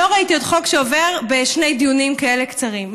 חוק שעובר בשני דיונים כאלה קצרים,